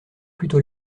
plutôt